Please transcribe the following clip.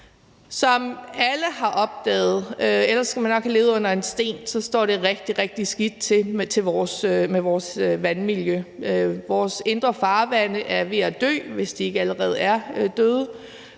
Som alle har opdaget, ellers skal man nok have levet under en sten, står det rigtig, rigtig skidt til med vores vandmiljø. Vores indre farvande er ved at dø, hvis de ikke allerede er døde.